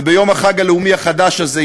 וביום החג הלאומי החדש הזה,